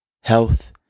health